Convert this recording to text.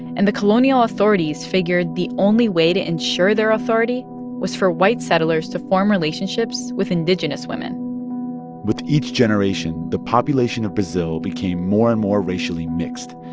and the colonial authorities figured the only way to ensure their authority was for white settlers to form relationships with indigenous women with each generation, the population of brazil became more and more racially mixed,